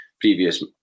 previous